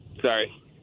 sorry